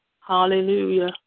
Hallelujah